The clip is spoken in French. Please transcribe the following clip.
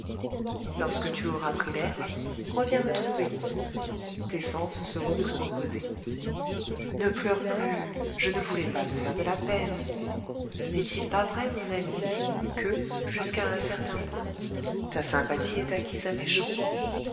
lorsque tu auras pris l'air reviens me trouver tes sens seront plus reposés ne pleure plus je ne voulais pas te faire de la peine n'est-il pas vrai mon ami que jusqu'à un certain point ta sympathie est acquise à